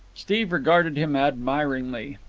steve regarded him admiringly.